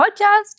Podcast